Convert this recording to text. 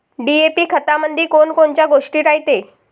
DAP खतामंदी कोनकोनच्या गोष्टी रायते?